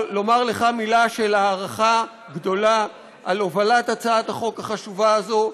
מילה של הערכה גדולה על הובלת הצעת החוק החשובה הזאת.